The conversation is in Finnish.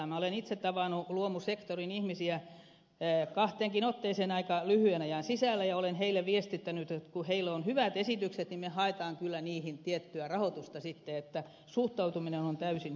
minä olen itse tavannut luomusektorin ihmisiä kahteenkin otteeseen aika lyhyen ajan sisällä ja olen heille viestittänyt että kun heillä on hyvät esitykset niin me haemme kyllä niihin tiettyä rahoitusta sitten että suhtautuminen on täysin perusmyönteinen